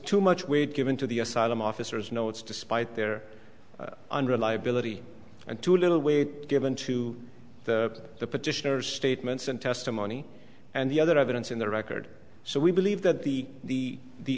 too much weight given to the asylum officers no it's despite their unreliability and too little weight given to the petitioners statements and testimony and the other evidence in the record so we believe that the the